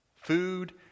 food